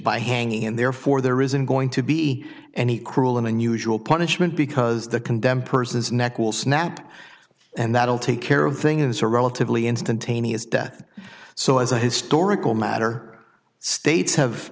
by hanging and therefore there isn't going to be any cruel and unusual punishment because the condemned person's neck will snap and that will take care of thing is a relatively instantaneous death so as a historical matter states have